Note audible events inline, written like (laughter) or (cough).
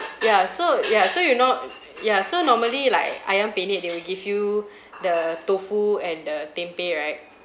ya so ya so you're not ya so normally like ayam penyet they will give you (breath) the tofu and the tempeh right